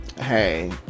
hey